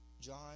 John